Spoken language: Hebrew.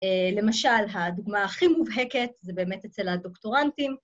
למשל, הדוגמה הכי מובהקת, זה באמת אצל הדוקטורנטים,